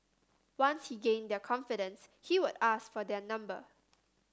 once he gained their confidence he would ask for their number